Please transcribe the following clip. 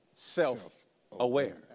Self-aware